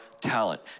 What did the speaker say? talent